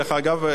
דרך אגב,